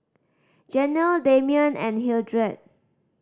Janell Damion and Hildred